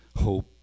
hope